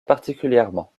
particulièrement